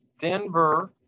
Denver